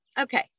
okay